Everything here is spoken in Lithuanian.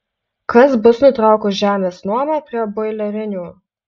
kas bus nutraukus žemės nuomą prie boilerinių